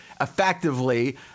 effectively